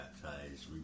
baptized